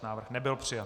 Návrh nebyl přijat.